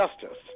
justice